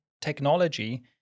technology